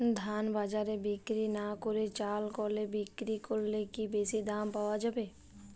ধান বাজারে বিক্রি না করে চাল কলে বিক্রি করলে কি বেশী দাম পাওয়া যাবে?